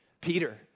Peter